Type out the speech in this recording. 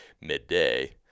midday